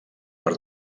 per